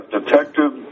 Detective